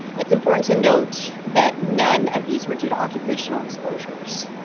it's important to note that none of these were due to occupational exposures.